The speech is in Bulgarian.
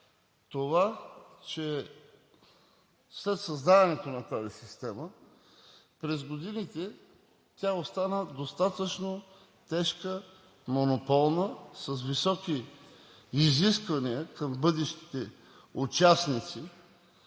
добре, че след създаването на тази система през годините тя остана достатъчно тежка, монополна, с високи изисквания към бъдещите участници